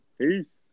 Peace